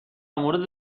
مورد